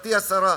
גברתי השרה,